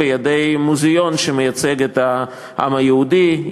בידי מוזיאון שמייצג את העם היהודי,